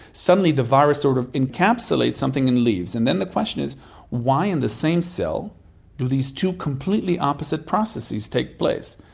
suddenly the virus sort of encapsulates something and leaves, and then the question is why in the same cell do these two completely opposite processes take place?